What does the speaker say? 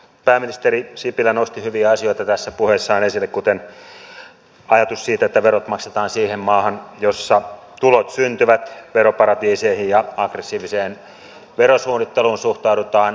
pääministeri sipilä nosti hyviä asioita puheessaan esille kuten ajatuksen siitä että verot maksetaan siihen maahan jossa tulot syntyvät veroparatiiseihin ja aggressiiviseen verosuunnitteluun suhtaudutaan kielteisesti